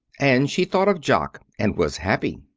and she thought of jock and was happy.